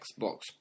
Xbox